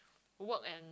work and